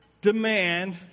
demand